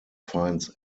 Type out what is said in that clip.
finds